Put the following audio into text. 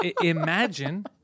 imagine